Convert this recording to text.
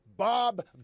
Bob